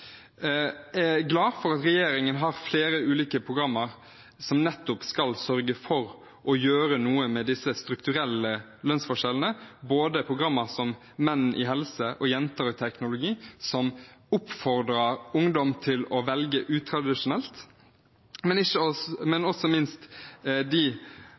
jeg er glad for at regjeringen har flere ulike programmer som nettopp skal sørge for å gjøre noe med disse strukturelle lønnsforskjellene, programmer som både «Menn i helse» og «Jenter og teknologi», som oppfordrer ungdom til å velge utradisjonelt – men ikke minst for de